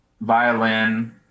violin